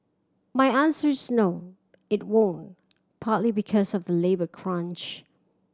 my answer is no it won't partly because of the labour crunch